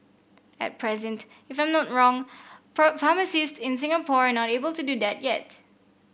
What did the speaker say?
at present if I'm not wrong pharmacists in Singapore are not able to do that yet